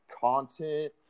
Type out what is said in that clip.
content